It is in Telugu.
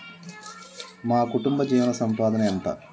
మా కుటుంబ జీవన సంపాదన ఎంత?